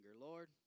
Lord